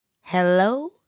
Hello